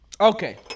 Okay